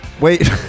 Wait